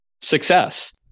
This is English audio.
success